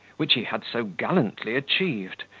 which he had so gallantly achieved,